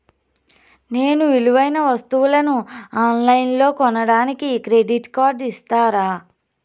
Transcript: నేను విలువైన వస్తువులను ఆన్ లైన్లో కొనడానికి క్రెడిట్ కార్డు ఇస్తారా?